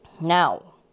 Now